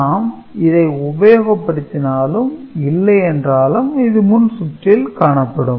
நாம் இதை உபயோகப்படுத்தினாலும் இல்லையென்றாலும் இது மின்சுற்றில் காணப்படும்